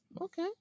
okay